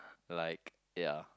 like ya